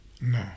No